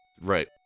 Right